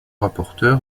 rapporteur